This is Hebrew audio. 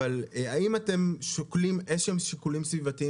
אבל האם אתם שוקלים איזשהם שיקולים סביבתיים